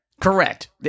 Correct